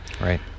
Right